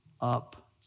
up